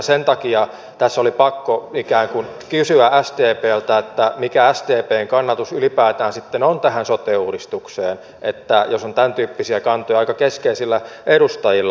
sen takia tässä oli pakko ikään kuin kysyä sdpltä mikä sdpn kanta ylipäätään sitten on tähän sote uudistukseen jos on tämäntyyppisiä kantoja aika keskeisilläkin henkilöillä edustajilla